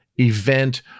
event